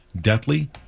deathly